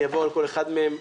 אני אעבור על כל אחד מהם.